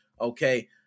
Okay